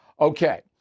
Okay